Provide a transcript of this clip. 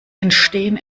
entstehen